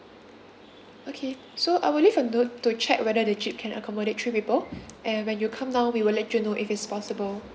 okay so I will leave a note to check whether the jeep can accommodate three people and when you come down we will let you know if it's possible